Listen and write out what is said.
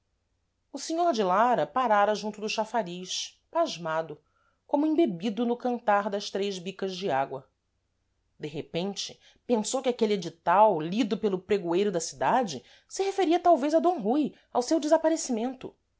o senhor de lara parara junto do chafariz pasmado como embebido no cantar das três bicas de água de repente pensou que aquele edital lido pelo pregoeiro da cidade se referia talvez a d rui ao seu desaparecimento